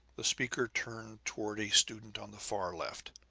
the speaker turned toward a student on the far left.